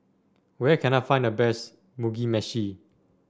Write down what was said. where can I find the best Mugi Meshi